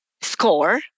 SCORE